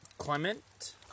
Clement